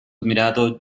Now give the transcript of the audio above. admirado